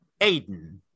Aiden